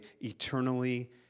eternally